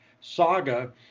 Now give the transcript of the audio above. saga